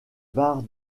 barres